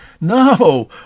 No